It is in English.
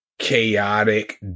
chaotic